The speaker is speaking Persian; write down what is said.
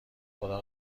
خدا